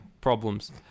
Problems